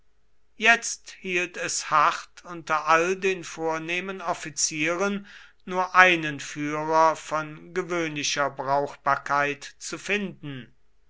jetzt hielt es hart unter all den vornehmen offizieren nur einen führer von gewöhnlicher brauchbarkeit zu finden